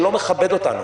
שלא מכבד אותנו.